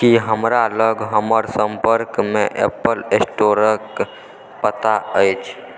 की हमरा लग हमर सम्पर्कमे एप्पल स्टोरके पता अछि